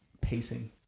pacing